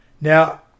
Now